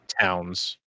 towns